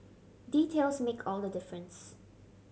details make all the difference